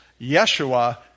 Yeshua